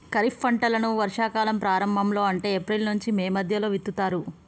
ఖరీఫ్ పంటలను వర్షా కాలం ప్రారంభం లో అంటే ఏప్రిల్ నుంచి మే మధ్యలో విత్తుతరు